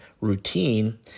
routine